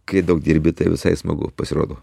kai daug dirbi tai visai smagu pasirodo